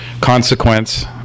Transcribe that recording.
Consequence